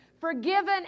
forgiven